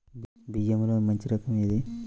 బియ్యంలో మంచి రకం ఏది?